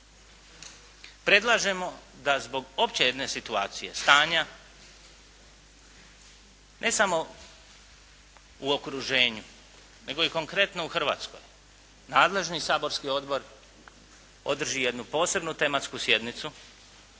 Predlažemo da zbog opće jedne situacije, stanja, ne samo u okruženju, nego i konkretno u Hrvatskoj, nadležni saborski odbor održi jednu posebnu tematsku sjednicu